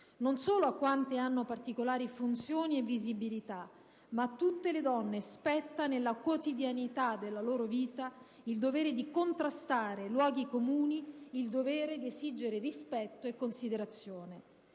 Non solo a quante hanno particolari funzioni e visibilità, ma a tutte le donne spetta, nella quotidianità della loro vita, il dovere di contrastare luoghi comuni, di esigere rispetto e considerazione».